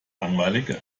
langweilig